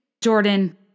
Jordan